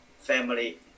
family